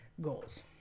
goals